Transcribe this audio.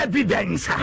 Evidence